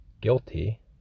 guilty